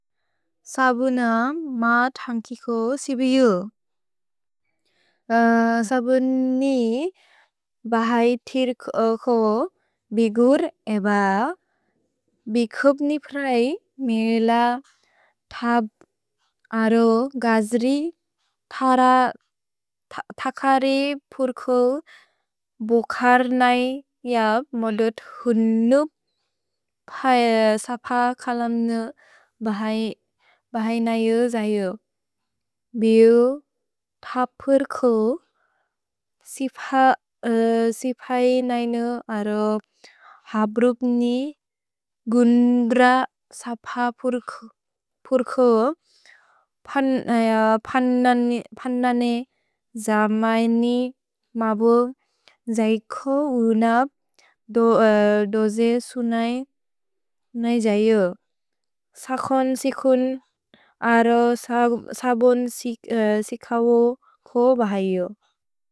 सबुनम् मा थन्गिको सिबियु। सबुनि बहै थिर्को को बिगुर् एब, बिकुब्नि प्रए मेरिल थप् अरो गज्रि, थर थकरे पुर्को बुकर् नै यब्, मोलुत् हुनुप् सप कलम्नु बहै नै यु जयु। भिउ थपुर्को सिफै नैनु अरो हब्रुप्नि गुन्द्र सप पुर्को पनने जमएनि मबु जैको हुनप् दोजे सुनय् नै जयु। सकोन् सिकुन् अरो सबुन् सिकवो को बहै यु।